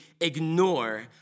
ignore